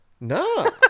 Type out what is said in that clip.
No